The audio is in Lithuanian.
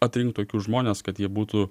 atrink tokius žmones kad jie būtų